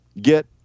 get